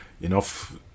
enough